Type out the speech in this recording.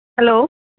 hello